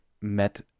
met